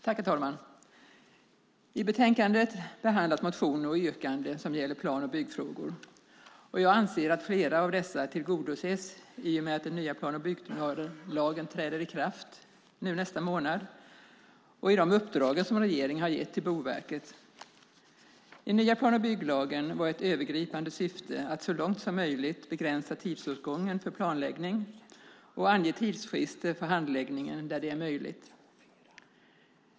Herr talman! I betänkandet behandlas motioner och yrkanden som gäller plan och byggfrågor. Jag anser att flera av dessa tillgodoses i och med att den nya plan och bygglagen träder i kraft nästa månad samt i de uppdrag som regeringen har gett till Boverket. I den nya plan och bygglagen var ett övergripande syfte att så långt som möjligt begränsa tidsåtgången för planläggning och ange tidsfrister för handläggningen där det är möjligt.